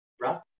right